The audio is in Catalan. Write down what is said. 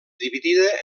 dividida